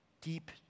Deep